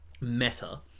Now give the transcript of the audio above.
Meta